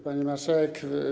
Pani Marszałek!